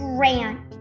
Grant